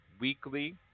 weekly